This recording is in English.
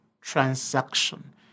transaction